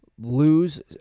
lose